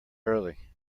early